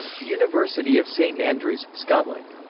university of st andrews, scotland.